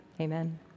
amen